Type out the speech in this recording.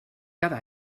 cada